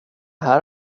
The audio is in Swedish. här